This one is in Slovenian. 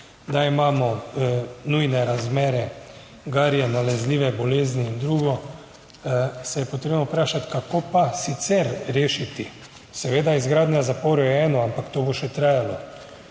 da imamo nujne razmere, garje, nalezljive bolezni in drugo, se je potrebno vprašati, kako pa sicer rešiti. Seveda izgradnja zaporov je eno, ampak to bo še trajalo.